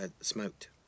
Smoked